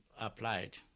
applied